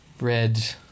Red